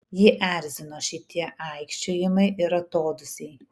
jį erzino šitie aikčiojimai ir atodūsiai